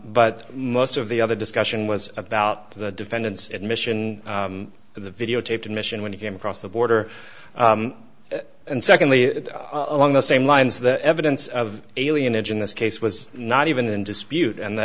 but most of the other discussion was about the defendant's admission the videotaped admission when he came across the border and secondly along the same lines the evidence of alien edge in this case was not even in dispute and the